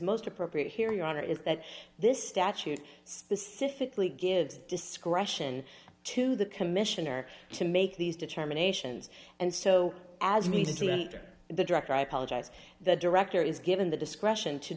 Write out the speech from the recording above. most appropriate here your honor is that this statute specifically gives discretion to the commissioner to make these determinations and so azmi student or the director i apologize the director is given the discretion to